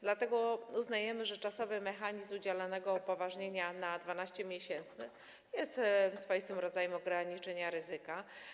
Dlatego uznajemy, że czasowy mechanizm udzielania upoważnienia na 12 miesięcy jest swoistym rodzajem ograniczenia ryzyka.